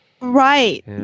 Right